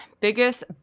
biggest